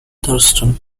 thurston